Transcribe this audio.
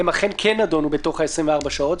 הם אכן כן נדונו בתוך ה-24 שעות.